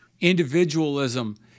individualism